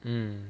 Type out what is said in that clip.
mm